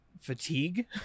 fatigue